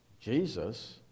Jesus